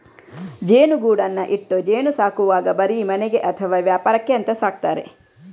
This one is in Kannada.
ಜೇನುಗೂಡನ್ನ ಇಟ್ಟು ಜೇನು ಸಾಕುವಾಗ ಬರೀ ಮನೆಗೆ ಅಥವಾ ವ್ಯಾಪಾರಕ್ಕೆ ಅಂತ ಸಾಕ್ತಾರೆ